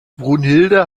brunhilde